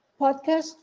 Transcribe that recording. podcast